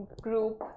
group